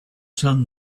sun